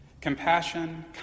Compassion